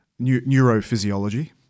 neurophysiology